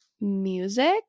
music